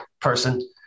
person